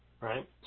right